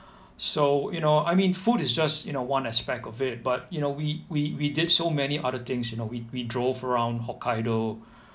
so you know I mean food is just you know one aspect of it but you know we we we did so many other things you know we we drove around hokkaido